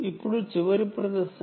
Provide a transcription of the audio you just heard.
ఇప్పుడు చివరి ప్రదర్శన